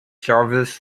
jarvis